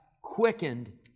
Quickened